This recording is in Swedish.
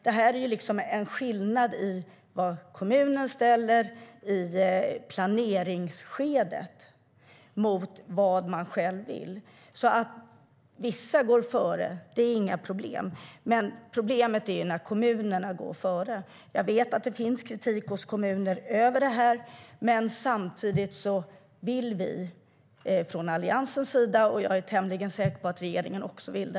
Det är en skillnad i vad kommunen säger i planeringsskedet och vad man själv vill. Att vissa går före är inget problem, men problemet är när kommunerna går före. Jag vet att det finns kritik i kommunerna mot det, men samtidigt vill vi från Alliansens sida att det ska byggas mycket och billigt.